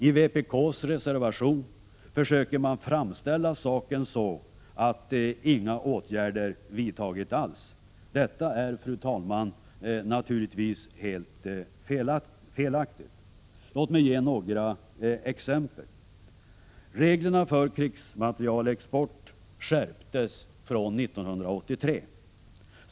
I vpk:s reservation försöker man framställa saken så att inga åtgärder alls vidtagits. Detta är, fru talman, naturligtvis helt felaktigt. Låt mig ge några exempel. Reglerna för krigsmaterielexport skärptes fr.o.m. 1983.